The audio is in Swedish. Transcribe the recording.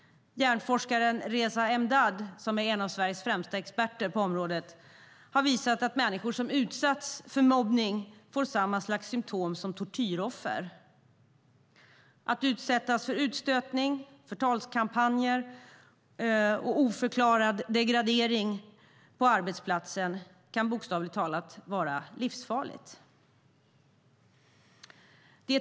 Hjärnforskaren Reza Emdad, som är en av Sveriges främsta experter på området, har visat att människor som utsatts för allvarlig mobbning får samma slags symtom som tortyroffer. Att utsättas för utstötning, förtalskampanjer och oförklarad degradering på arbetsplatsen kan bokstavligt talat vara livsfarligt.